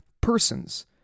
persons